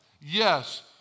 Yes